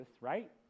right